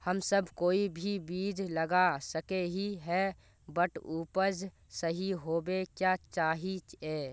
हम सब कोई भी बीज लगा सके ही है बट उपज सही होबे क्याँ चाहिए?